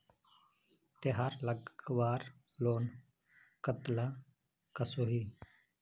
तेहार लगवार लोन कतला कसोही?